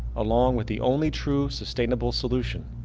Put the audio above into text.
along with the only true sustainable solution,